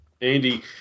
andy